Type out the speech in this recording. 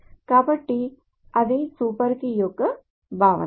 కాబట్టి అది super key యొక్క భావన